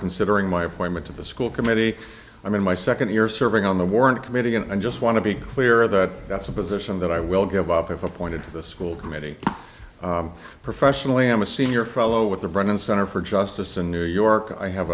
considering my appointment to the school committee i mean my second year serving on the warrant committee and i just want to be clear that that's a position that i will give up if appointed to the school committee professionally i'm a senior fellow with the brennan center for justice in new york i have